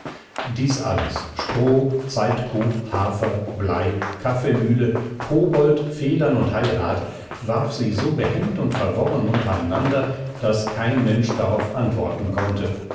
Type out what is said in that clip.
dies alles stroh zeitkuh hafer blei kaffeemühle kobold federn und heirat warf sie so behend und verworren untereinander daß kein mensch darauf antworten konnte